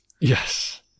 Yes